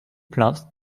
plaintes